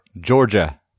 georgia